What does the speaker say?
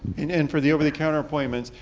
and and for the over the counter appointments,